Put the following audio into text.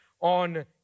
on